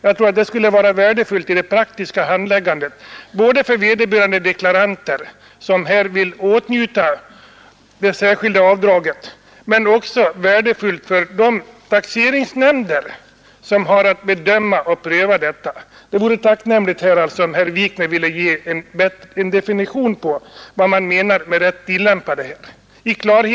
Jag tror att detta skulle vara värdefullt i den praktiska handläggningen, både för de deklaranter som vill åtnjuta det särskilda avdraget och för de taxeringsnämnder som har att pröva deklarationerna. I klarhetens intresse ber jag alltså herr Wikner att ge en definition på vad man menar med ”rätt tillämpade”.